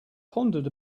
pondered